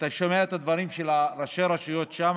אתה שומע את הדברים של ראשי הרשויות שם